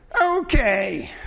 Okay